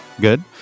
good